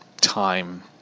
time